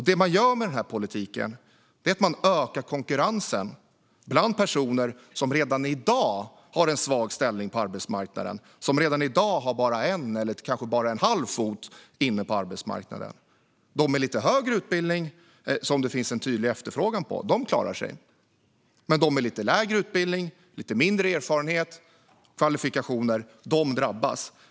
Det man gör med denna politik är att öka konkurrensen bland personer som redan i dag har en svag ställning på arbetsmarknaden och som redan i dag har bara en eller kanske bara en halv fot inne på arbetsmarknaden. De med lite högre utbildning, som det finns en tydlig efterfrågan på, klarar sig, men de med lite lägre utbildning och med mindre erfarenhet och kvalifikationer drabbas.